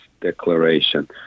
declaration